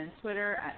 Twitter